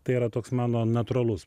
tai yra toks mano natūralus